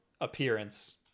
appearance